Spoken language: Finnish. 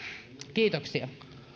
kiitoksia